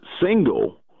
single